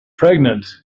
pregnant